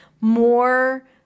more